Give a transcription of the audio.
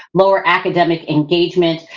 lower academic engagement,